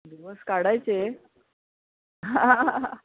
दिवस काढायचे